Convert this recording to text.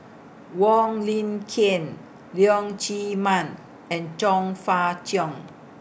Wong Lin Ken Leong Chee Mun and Chong Fah Cheong